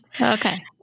Okay